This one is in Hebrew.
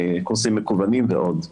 קורסים מקוונים ועוד.